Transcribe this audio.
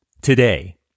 Today